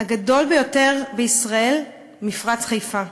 הגדול ביותר בישראל, מפרץ חיפה.